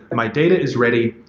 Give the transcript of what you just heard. my data is ready.